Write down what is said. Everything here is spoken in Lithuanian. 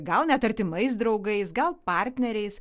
gal net artimais draugais gal partneriais